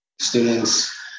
students